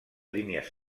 línies